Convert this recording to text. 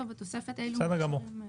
בסדר גמור.